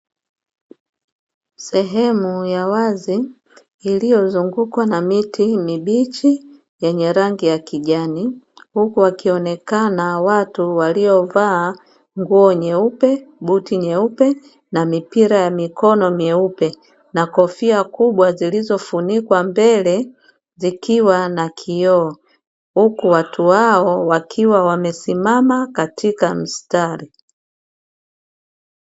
Sehemu ya wazi iliyozungukwa na miti mibichi yenye rangi ya kijani, huku wakionekana watu waliovaa nguo nyeupe, buti nyeupe na mipira ya mikono myeupe, na kofia kubwa zilizofunikwa mbele zikiwa na kioo, huku watu hao wakiwa wamesimama katika mstari.